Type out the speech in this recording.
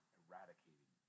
eradicating